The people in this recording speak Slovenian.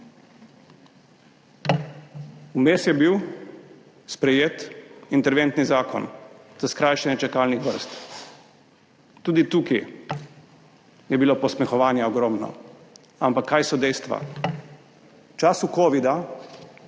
Vmes je bil sprejet interventni zakon za skrajšanje čakalnih vrst. Tudi tukaj je bilo posmehovanja ogromno. Ampak kakšna so dejstva? V času covida